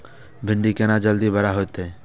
भिंडी केना जल्दी बड़ा होते?